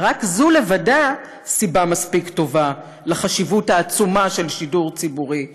ורק זו לבדה סיבה מספיק טובה לחשיבות העצומה של שידור ציבורי עצמאי,